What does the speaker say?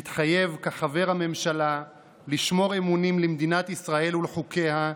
מתחייב כחבר הממשלה לשמור אמונים למדינת ישראל ולחוקיה,